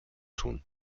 tun